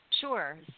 Sure